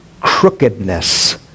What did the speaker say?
crookedness